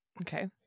Okay